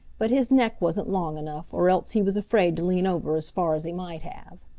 but his neck wasn't long enough, or else he was afraid to lean over as far as he might have.